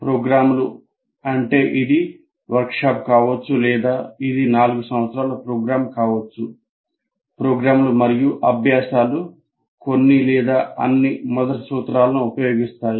ప్రోగ్రామ్లు మరియు అభ్యాసాలు కొన్ని లేదా అన్ని మొదటి సూత్రాలను ఉపయోగిస్తాయి